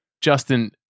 Justin